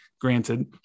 granted